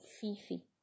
Fifi